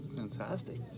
Fantastic